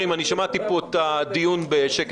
חברים, אני שמעתי פה את הדיון בשקט.